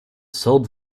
sold